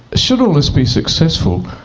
should all this be successful,